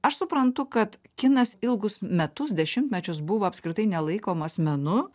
aš suprantu kad kinas ilgus metus dešimtmečius buvo apskritai nelaikomas menu